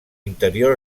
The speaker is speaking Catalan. interior